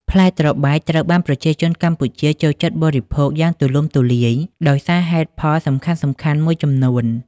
ផ្លែត្របែក ត្រូវបានប្រជាជនកម្ពុជាចូលចិត្តបរិភោគយ៉ាងទូលំទូលាយដោយសារហេតុផលសំខាន់ៗមួយចំនួន។